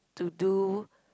to do